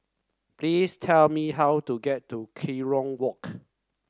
please tell me how to get to Kerong Walk